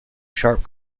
sharp